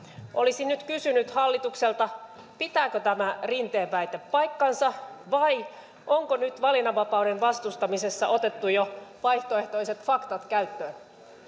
olisin nyt kysynyt hallitukselta pitääkö tämä rinteen väite paikkansa vai onko nyt valinnanvapauden vastustamisessa otettu jo vaihtoehtoiset faktat käyttöön